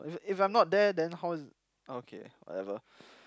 if if I'm not there then how's okay whatever